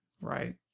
Right